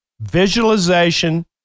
Visualization